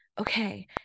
okay